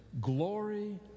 glory